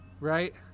Right